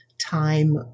time